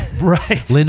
Right